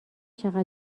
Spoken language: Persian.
چقدر